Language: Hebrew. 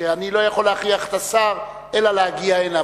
שאני לא יכול להכריח את השר אלא להגיע הנה,